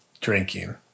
drinking